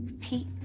Pete